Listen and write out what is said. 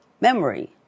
memory